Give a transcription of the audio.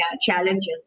challenges